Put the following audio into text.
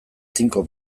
tinko